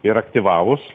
ir aktyvavus